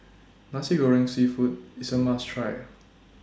Nasi Goreng Seafood IS A must Try